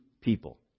people